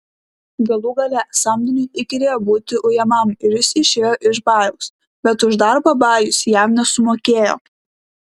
galų gale samdiniui įkyrėjo būti ujamam ir jis išėjo iš bajaus bet už darbą bajus jam nesumokėjo